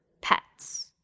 pets